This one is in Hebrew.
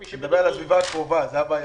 אני מדבר על הסביבה הקרובה, זה הבעיה.